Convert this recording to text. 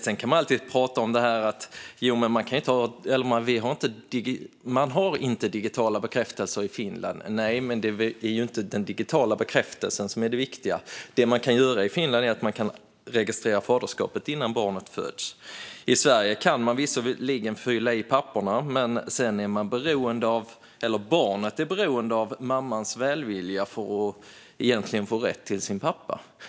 Sedan kan man alltid prata om att de inte har digitala bekräftelser i Finland. Nej, men det är ju inte den digitala bekräftelsen som är det viktiga, utan det är att faderskap kan registreras i Finland innan barnet föds. I Sverige kan man visserligen fylla i papperen, men sedan är barnet beroende av mammans välvilja för att få rätt till sin pappa.